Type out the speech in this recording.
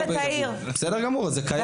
שיבואו וידברו.